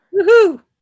Woohoo